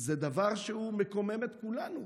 זה דבר שמקומם את כולנו.